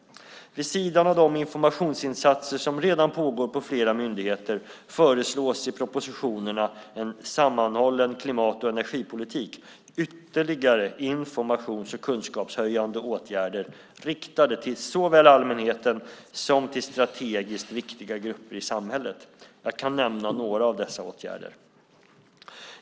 Vid sidan av de informationsinsatser som redan pågår på flera myndigheter föreslås i propositionen En sammanhållen klimat och energipolitik ytterligare informations och kunskapshöjande åtgärder riktade till såväl allmänheten som strategiskt viktiga grupper i samhället. Jag kan nämna några av dessa åtgärder.